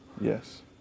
Yes